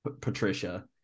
Patricia